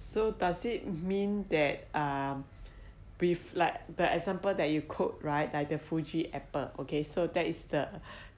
so does it mean that um with like the example that you quote right like the fuji apple okay so that is the